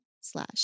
slash